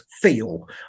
feel